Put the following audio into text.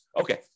Okay